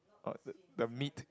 ordered the meat